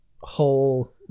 whole